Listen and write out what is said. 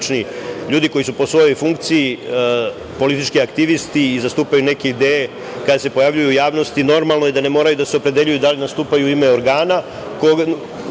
ljudi koji su po svojoj funkciji politički aktivisti i zastupaju neke ideje kada se pojavljuju u javnosti, normalno je da ne moraju da se opredeljuju da li nastupaju u ime organa,